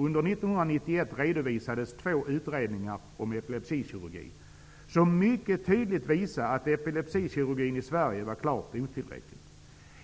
Under 1991 redovisades två utredningar om epilepsikirurgi, som mycket tydligt visar att epilepsikirurgin i Sverige är klart otillräcklig.